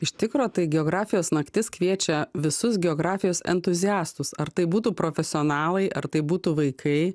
iš tikro tai geografijos naktis kviečia visus geografijos entuziastus ar tai būtų profesionalai ar tai būtų vaikai